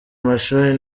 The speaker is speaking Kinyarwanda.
mashuri